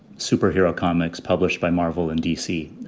superhero comics published by marvel and dc,